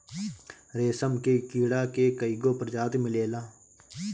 रेशम के कीड़ा के कईगो प्रजाति मिलेला